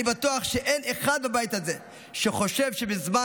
אני בטוח שאין אחד בבית הזה שחושב שבזמן